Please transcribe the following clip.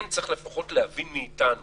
כן צריך להבין מאתנו